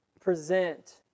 present